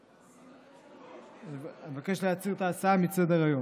אני מבקש להסיר את ההצעה מסדר-היום.